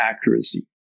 accuracy